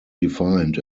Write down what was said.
defined